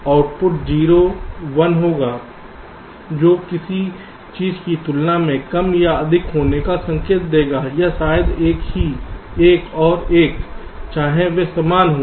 और आउटपुट 0 1 होगा जो किसी चीज़ की तुलना में कम या अधिक होने का संकेत देता है या शायद एक और एक चाहे वे समान हों